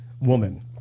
woman